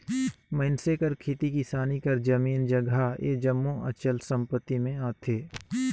मइनसे कर खेती किसानी कर जमीन जगहा ए जम्मो अचल संपत्ति में आथे